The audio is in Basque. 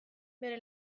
bere